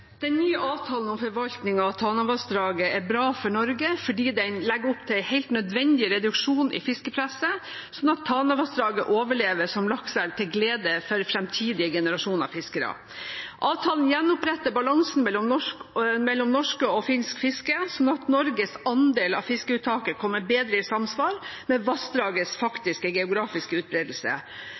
bra for Norge, fordi den legger opp til en helt nødvendig reduksjon i fiskepresset, slik at Tanavassdraget overlever som lakseelv, til glede for framtidige generasjoner fiskere. Avtalen gjenoppretter balansen mellom norsk og finsk fiske, slik at Norges andel av fiskeuttaket kommer mer i samsvar med vassdragets faktiske geografiske utbredelse,